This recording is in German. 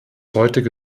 heutige